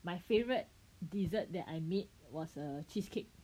my favourite dessert that I made was a cheesecake